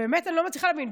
באמת אני לא מצליחה להבין.